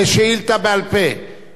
הכנסת שנאן,